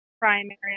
primary